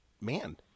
man